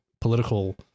political